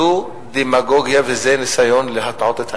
זו דמגוגיה וזה ניסיון להטעות את האנשים.